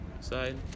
side